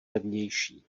levnější